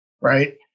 right